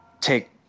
take